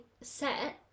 set